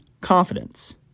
confidence